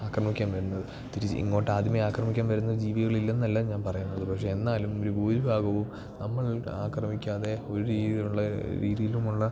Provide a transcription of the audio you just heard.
ആക്രമിക്കാൻ വരുന്നത് തിരിച്ച് ഇങ്ങോട്ട് ആദ്യമേ ആക്രമിക്കാൻ വരുന്ന ജീവികൾ ഇല്ലെന്നല്ല ഞാൻ പറയുന്നത് പക്ഷേ എന്നാലും ഒരു ഭൂരിഭാഗവും നമ്മൾ ആക്രമിക്കാതെ ഒരു രീതിയുള്ള രീതിയിലും ഉള്ള